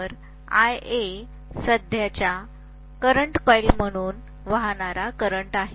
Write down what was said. तर IA सध्याच्या कॉइलमधून वाहणारा करंट आहे